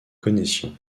connaissions